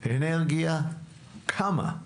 אנרגיה, כמה?